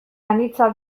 anitza